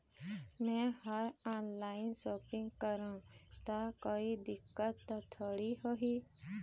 मैं हर online shopping करू ता कोई दिक्कत त थोड़ी होही?